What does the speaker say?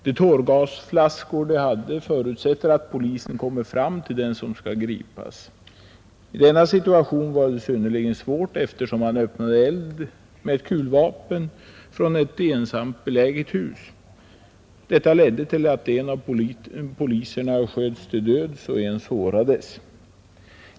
De tårgasflaskor som fanns tillgängliga förutsätter att polisen kommer fram till den som skall gripas. I denna situation var det synnerligen svårt, eftersom vederbörande öppnade eld med kulvapen från ett ensamt beläget hus. Detta ledde till att en av poliserna sköts till döds och en annan sårades.